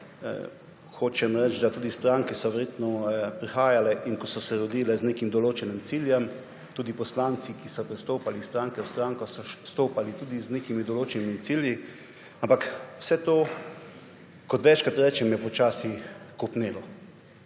Hočem reči, da tudi stranke so verjetno prihajale in so se rodile z nekim določenim ciljem. Tudi poslanci, ki so prestopali iz stranke v stranko, so vstopali z nekimi določenimi cilji. Ampak vse to, kot večkrat rečem, je počasi kopnelo.